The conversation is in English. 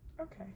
Okay